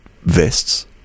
vests